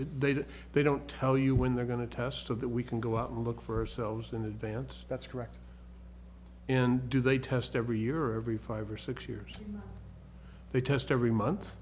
did they don't tell you when they're going to test of that we can go out and look for ourselves in advance that's correct and do they test every year or every five or six years they test every month